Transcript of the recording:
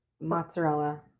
Mozzarella